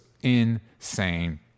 insane